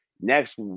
Next